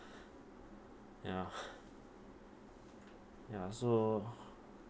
ya ya so